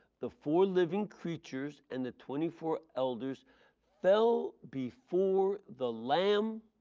the four living creatures and the twenty four elders fell before the lamb,